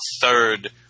third